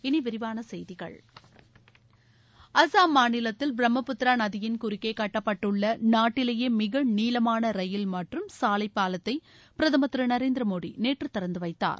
இனி விரிவான செய்திகள் அஸ்ஸாம் மாநிலத்தில் பிரம்மபுத்திரா நதியின் குறுக்கே கட்டப்பட்டுள்ள நாட்டிலேயே மிக நீளமாள ரயில் மற்றும் சாலை பாலத்தை பிரதமர் திரு நரேந்திரமோடி நேற்று திறந்து வைத்தார்